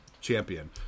champion